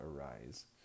arise